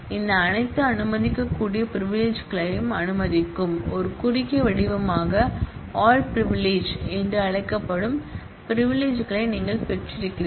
இந்த அனைத்து அனுமதிக்கக்கூடிய பிரிவிலிஜ்களையும் அனுமதிக்கும் ஒரு குறுகிய வடிவமாக 'ஆல் பிரிவிலிஜ்' என்று அழைக்கப்படும் பிரிவிலிஜ்களை நீங்கள் பெற்றிருக்கிறீர்கள்